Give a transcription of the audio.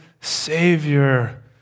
Savior